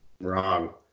Wrong